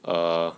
err